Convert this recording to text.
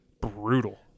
brutal